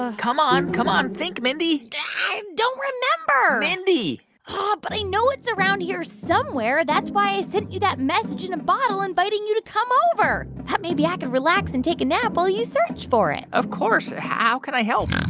ah come on. come on, think, mindy i don't remember mindy ah but i know it's around here somewhere. that's why i sent you that message in a bottle inviting you to come over thought maybe i could relax and take a nap while you search for it of course. how can i help.